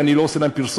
אני לא עושה להם פרסומת,